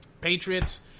Patriots